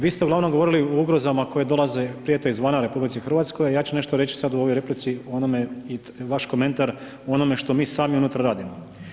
Vi ste uglavnom govorili o ugrozama koje dolaze, prijete izvana RH a ja ću nešto reći sada u ovoj replici o onome i vaš komentar o onome što mi sami unutar radimo.